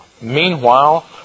Meanwhile